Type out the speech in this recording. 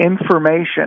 information